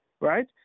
right